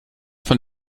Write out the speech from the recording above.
von